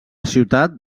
ciutat